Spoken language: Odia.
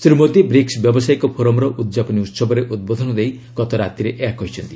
ଶ୍ରୀ ମୋଦି ବ୍ରିକ୍ସ ବ୍ୟବସାୟିକ ଫୋରମର ଉଦ୍ଯାପନୀ ଉସବରେ ଉଦ୍ବୋଧନ ଦେଇ ଗତ ରାତିରେ ଏହା କହିଛନ୍ତି